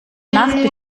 nacht